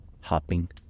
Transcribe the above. hopping